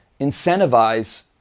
incentivize